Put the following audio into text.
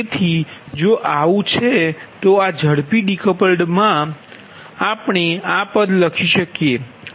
તેથી જો આવુ છે તો આ ઝડપી ડીકપલ્ડ બાબત મા આપણે આ પદ લખી શકીયે